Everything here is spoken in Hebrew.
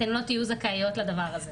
אתן לא תהיו זכאיות לדבר הזה.